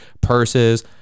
purses